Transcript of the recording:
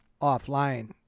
offline